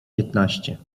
piętnaście